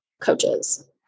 coaches